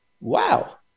wow